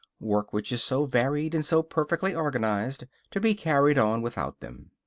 work which is so varied and so perfectly organized, to be carried on without them.